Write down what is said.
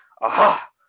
Aha